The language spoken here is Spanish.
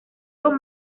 con